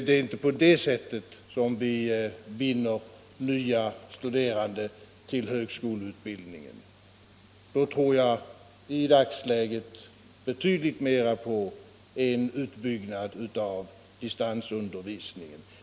Det är inte på det sättet som vi vinner nya studerande till högskoleutbildningen. Då tror jag i dagsläget betydligt mer på en utbyggnad av distansundervisningen.